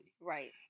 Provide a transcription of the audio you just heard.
Right